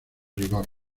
rigor